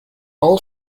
all